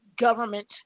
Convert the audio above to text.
government